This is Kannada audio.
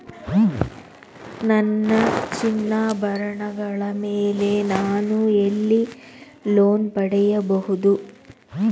ನನ್ನ ಚಿನ್ನಾಭರಣಗಳ ಮೇಲೆ ನಾನು ಎಲ್ಲಿ ಲೋನ್ ಪಡೆಯಬಹುದು?